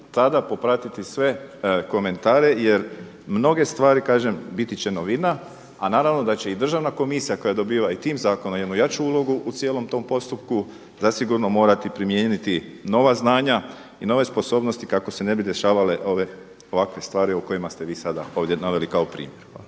tada popratiti sve komentare jer mnoge stvari biti će novina, a naravno da će i državna komisija koja dobiva i tim zakonom jednu jaču ulogu u cijelom tom postupku zasigurno morati primijeniti nova znanja i nove sposobnosti kako se ne bi dešavale ovakve stvari o kojima ste vi sada ovdje naveli kao primjer. Hvala.